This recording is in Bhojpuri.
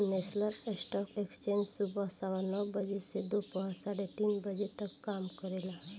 नेशनल स्टॉक एक्सचेंज सुबह सवा नौ बजे से दोपहर साढ़े तीन बजे तक काम करेला